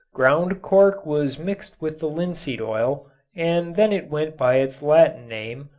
ground cork was mixed with the linseed oil and then it went by its latin name,